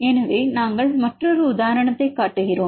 எனவே நாங்கள் மற்றொரு உதாரணத்தைக் காட்டுகிறோம்